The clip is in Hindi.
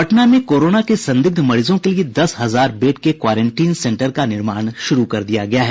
पटना में कोरोना के संदिग्ध मरीजों के लिए दस हजार बेड के क्वारेंटाईन सेन्टर का निर्माण शुरू कर दिया गया है